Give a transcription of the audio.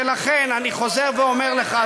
ולכן אני חוזר ואומר לך,